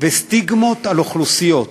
וסטיגמות על אוכלוסיות,